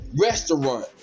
restaurant